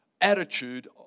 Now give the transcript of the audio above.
attitude